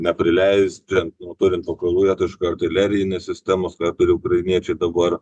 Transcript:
neprileis ten nu turint pakrovėją tu iš karto artilerinei sistemos dar turi ukrainiečiai dabar